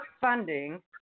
funding